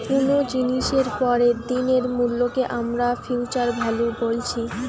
কুনো জিনিসের পরের দিনের মূল্যকে আমরা ফিউচার ভ্যালু বলছি